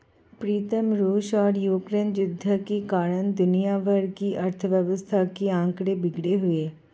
प्रीतम रूस और यूक्रेन युद्ध के कारण दुनिया भर की अर्थव्यवस्था के आंकड़े बिगड़े हुए